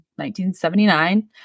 1979